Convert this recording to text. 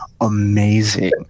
amazing